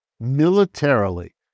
militarily